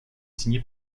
signés